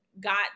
got